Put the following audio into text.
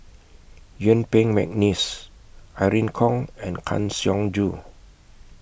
Yuen Peng Mcneice Irene Khong and Kang Siong Joo